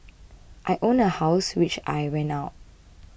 I own a house which I rent out